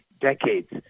decades